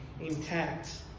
intact